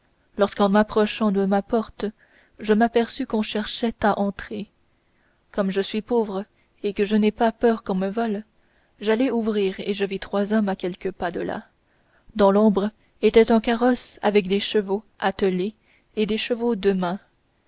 lorsqu'en m'approchant de ma porte je m'aperçus qu'on cherchait à entrer comme je suis pauvre et que je n'ai pas peur qu'on me vole j'allai ouvrir et je vis trois hommes à quelques pas de là dans l'ombre était un carrosse avec des chevaux attelés et des chevaux de